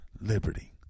liberty